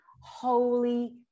holy